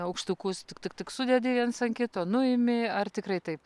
aukštukus tik tik tik sudedi viens ant kito nuimi ar tikrai taip